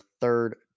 third